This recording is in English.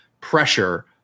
pressure